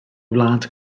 wlad